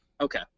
okay